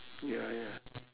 ya ya